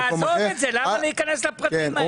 תעזוב את זה, למה להיכנס לפרטים האלה?